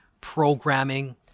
programming